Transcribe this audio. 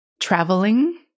traveling